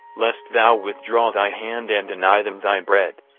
lest thou withdraw thy hand and deny them thy bread.